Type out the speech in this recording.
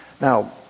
Now